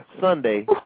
Sunday